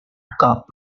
cup